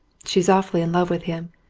she's awfully in love with him.